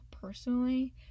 personally